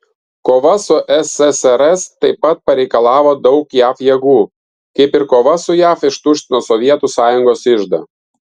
kova su ssrs taip pat pareikalavo daug jav jėgų kaip ir kova su jav ištuštino sovietų sąjungos iždą